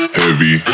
heavy